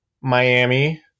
Miami